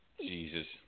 Jesus